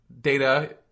data